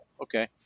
Okay